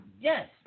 Yes